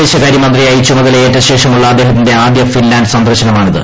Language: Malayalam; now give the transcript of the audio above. വിദേശകാര്യമന്ത്രിയായി ചുമതലയേറ്റുംശ്ലേഷമുള്ള അദ്ദേഹത്തിന്റെ ആദ്യ ഫിൻലാന്റ് സന്ദർശനമാണ്ീത്